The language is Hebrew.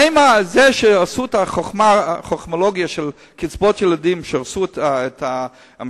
האם זה שעשו את החוכמולוגיה של קצבאות הילדים שהרסו את המשפחות,